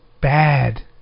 bad